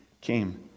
came